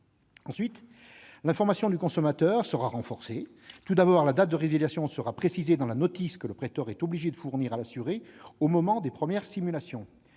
En outre, l'information du consommateur sera renforcée. Tout d'abord, la date de résiliation sera précisée dans la notice que le prêteur est obligé de fournir à l'assuré au moment des premières simulations.